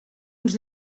uns